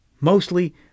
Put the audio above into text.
Mostly